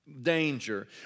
danger